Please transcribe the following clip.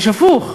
יש הפוך.